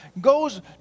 goes